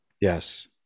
Yes